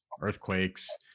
earthquakes